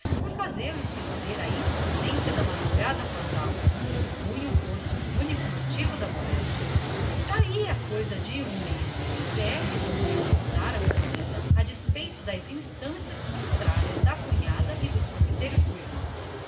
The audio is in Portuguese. por fazê-lo esquecer a imprudência da madrugada fatal o que supunham fosse o único motivo da moléstia daí a coisa de um mês o convalescente resolveu tornar à fazenda a despeito das instâncias contrárias da cunhada e dos conselhos do irmão